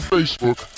Facebook